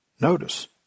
notice